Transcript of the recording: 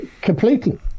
Completely